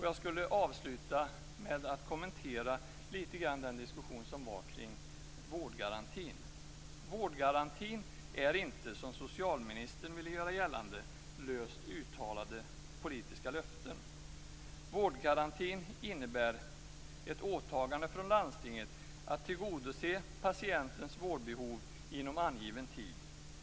Jag skulle vilja avsluta med att kommentera den diskussion som var kring vårdgarantin. Vårdgarantin är inte, som socialministern ville göra gällande, löst uttalade politiska löften. Vårdgarantin innebär ett åtagande från landstinget att tillgodose patientens vårdbehov inom angiven tid.